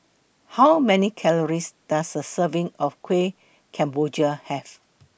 How Many Calories Does A Serving of Kuih Kemboja Have